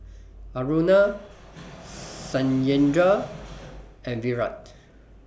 Aruna Satyendra and Virat